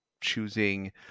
choosing